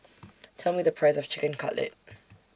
Tell Me The Price of Chicken Cutlet